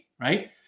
right